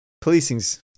Policing's